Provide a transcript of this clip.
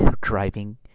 driving